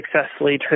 successfully